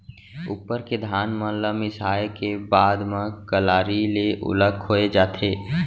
उप्पर के धान मन ल मिसाय के बाद म कलारी ले ओला खोय जाथे